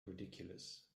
ridiculous